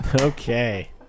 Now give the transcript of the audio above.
Okay